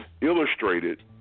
illustrated